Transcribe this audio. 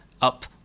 up